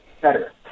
better